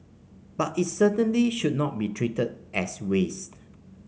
but it certainly should not be treated as waste